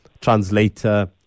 translator